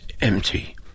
empty